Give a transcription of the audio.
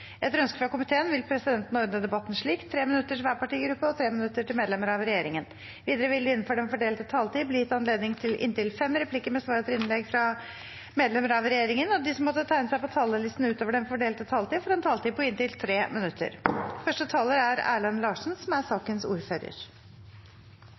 minutter til medlemmer av regjeringen. Videre vil det – innenfor den fordelte taletid – bli gitt anledning til inntil fem replikker med svar etter innlegg fra medlemmer av regjeringen, og de som måtte tegne seg på talerlisten utover den fordelte taletid, får også en taletid på inntil 3 minutter.